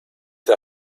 der